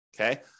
okay